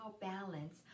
balance